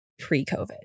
pre-COVID